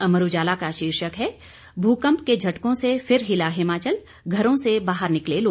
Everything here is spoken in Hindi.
अमर उजाला का शीर्षक है भूकंप के झटकों से फिर हिला हिमाचल घरों से बाहर निकले लोग